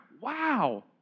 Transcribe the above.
wow